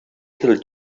till